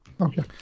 Okay